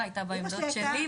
ההסתייגות נפלה.